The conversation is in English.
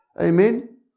Amen